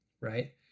Right